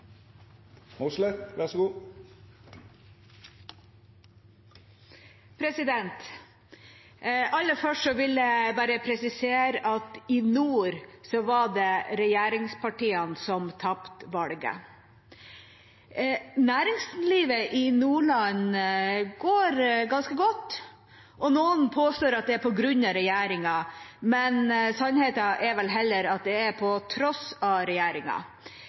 regjeringspartiene som tapte valget. Næringslivet i Nordland går ganske godt, og noen påstår at det er på grunn av regjeringen. Sannheten er vel heller at det er på tross av